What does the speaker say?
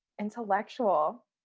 intellectual